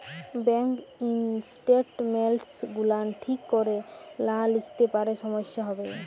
bank statements গুলান ঠিক ক্যরে লা লিখলে পারে সমস্যা হ্যবে